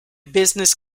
business